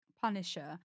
Punisher